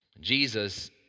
Jesus